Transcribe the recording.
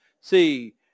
See